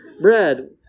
bread